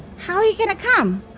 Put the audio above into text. how he gonna come?